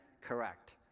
correct